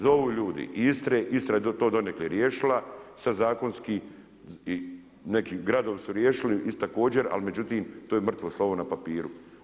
Zovu ljudi iz Istre, Istra je to donekle riješila, sad zakonski i neki gradovi su riješili također ali međutim to je mrtvo slovo na papiru.